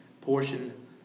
portion